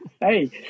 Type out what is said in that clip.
hey